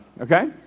okay